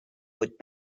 would